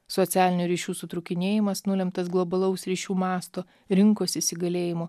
socialinių ryšių sutrūkinėjimas nulemtas globalaus ryšių masto rinkos įsigalėjimo